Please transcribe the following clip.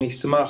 אני אשמח